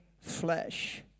flesh